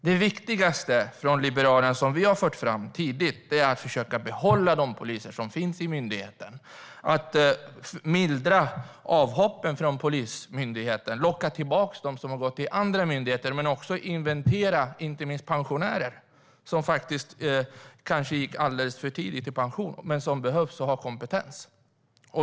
Det viktigaste som vi från Liberalerna har fört fram tidigt är att man ska försöka behålla de poliser som finns i myndigheten, mildra avhoppen och locka tillbaka dem som har gått till andra myndigheter, men också att inventera inte minst de pensionärer som kanske gick alldeles för tidigt i pension men som behövs och som har kompetens.